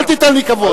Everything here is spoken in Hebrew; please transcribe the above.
אל תיתן לי כבוד.